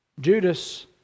Judas